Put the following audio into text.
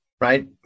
right